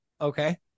Okay